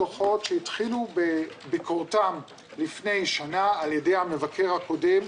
דוחות שהתחילו בביקורתם לפני שנה על ידי המבקר הקודם,